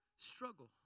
Struggle